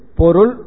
porul